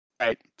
Right